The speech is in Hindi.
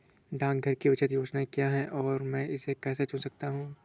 डाकघर की बचत योजनाएँ क्या हैं और मैं इसे कैसे चुन सकता हूँ?